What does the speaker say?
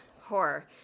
horror